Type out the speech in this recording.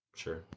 sure